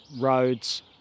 roads